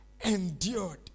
endured